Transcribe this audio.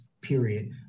period